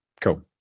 Cool